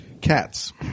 Cats